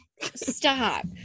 Stop